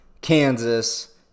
Kansas